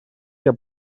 què